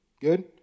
Good